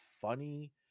funny